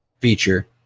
feature